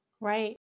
right